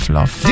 Love